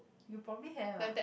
you probably have ah